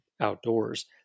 outdoors